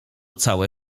całe